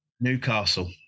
Newcastle